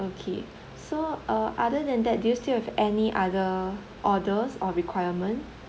okay so uh other than that do you still have any other orders or requirement